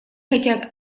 хотят